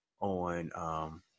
on –